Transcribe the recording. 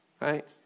right